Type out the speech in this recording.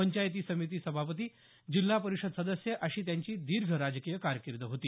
पंचायती समिती सभापती जिल्हा परिषद सदस्य अशी त्यांची दीर्घ राजकीय कारकीर्द होती